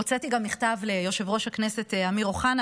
הוצאתי גם מכתב ליושב-ראש הכנסת אמיר אוחנה,